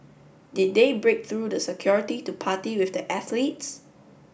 did they break through the security to party with the athletes